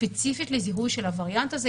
ספציפית לזיהוי של הווריאנט הזה.